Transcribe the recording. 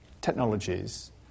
technologies